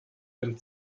dem